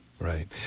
right